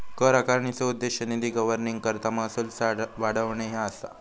कर आकारणीचो उद्देश निधी गव्हर्निंगकरता महसूल वाढवणे ह्या असा